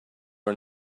are